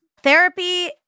Therapy